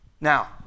Now